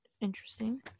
Interesting